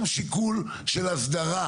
גם שיקול של הסדרה,